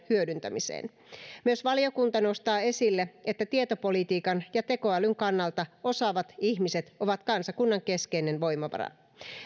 hyödyntämiseen myös valiokunta nostaa esille että tietopolitiikan ja tekoälyn kannalta osaavat ihmiset ovat kansakunnan keskeinen voimavara